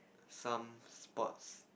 some sports